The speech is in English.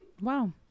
wow